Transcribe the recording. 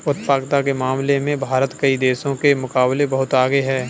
उत्पादकता के मामले में भारत कई देशों के मुकाबले बहुत आगे है